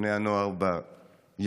בני הנוער ביציע,